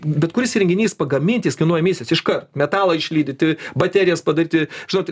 bet kuris įrenginys pagamint jis kainuoja emisijas iškart metalą išlydyti baterijas padaryti žinot